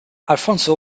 alfonso